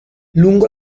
lungo